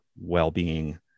well-being